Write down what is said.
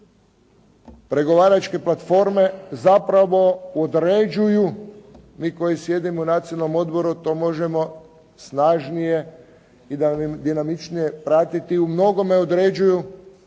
pregovaračke platforme zapravo određuju, mi koji sjedimo u Nacionalnom odboru to možemo snažnije i dinamičnije pratiti. U mnogome određuju